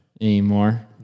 Anymore